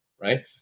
right